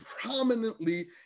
prominently